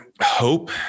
hope